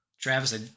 Travis